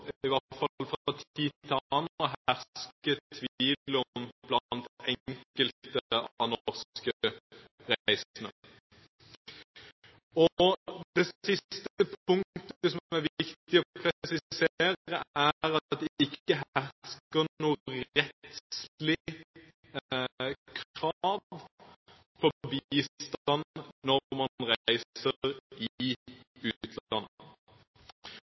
til annen, å herske tvil om blant enkelte norske reisende. Det tredje punktet som er viktig å presisere, er at man ikke har noe rettslig krav på bistand når man reiser i